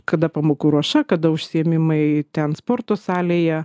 kada pamokų ruoša kada užsiėmimai ten sporto salėje